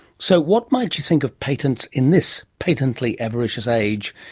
so what might you think of patents in this patently avaricious age?